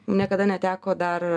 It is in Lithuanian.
niekada neteko dar